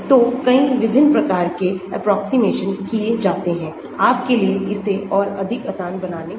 तो कईविभिन्न प्रकार के एप्रोक्सीमेशन किए जाते हैं आप के लिए इसे और अधिक आसान बनाने के लिए